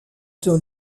dans